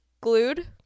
glued